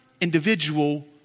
individual